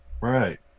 right